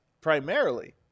primarily